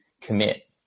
commit